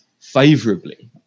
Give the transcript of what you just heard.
favorably